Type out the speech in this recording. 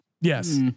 Yes